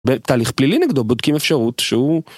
בתהליך פלילי נגדו בודקים אפשרות שהוא